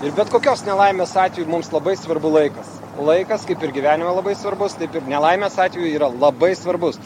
ir bet kokios nelaimės atveju mums labai svarbu laikas laikas kaip ir gyvenime labai svarbus taip ir nelaimės atveju yra labai svarbus